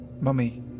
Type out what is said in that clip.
Mummy